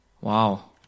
wow